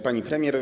Pani Premier!